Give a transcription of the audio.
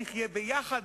נחיה ביחד,